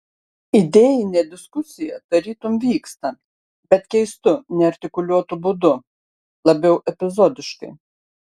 idėjinė diskusija tarytum vyksta bet keistu neartikuliuotu būdu labiau epizodiškai